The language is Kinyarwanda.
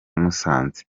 musanze